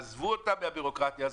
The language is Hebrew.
תעזבו אותם מהבירוקרטיה הזאת.